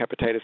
hepatitis